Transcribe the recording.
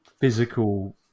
physical